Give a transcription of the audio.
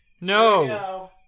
No